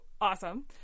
awesome